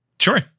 Sure